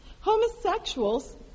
Homosexuals